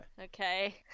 okay